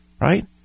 right